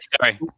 Sorry